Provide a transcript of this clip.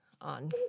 on